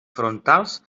frontals